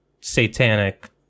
satanic